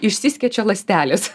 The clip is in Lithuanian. išsiskiečia ląstelės